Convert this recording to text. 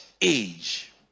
age